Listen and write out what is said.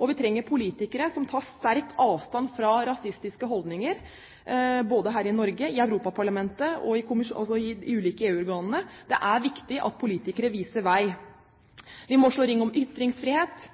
og vi trenger politikere som tar sterkt avstand fra rasistiske holdninger både her i Norge, i Europaparlamentet og i de ulike EU-organene. Det er viktig at politikere viser vei. Vi må slå ring om ytringsfrihet,